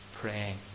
praying